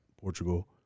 Portugal